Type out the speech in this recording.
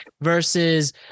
versus